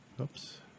Oops